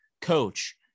coach